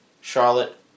Charlotte